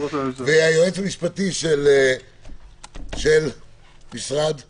ועם היועץ המשפטי של משרד המשפטים,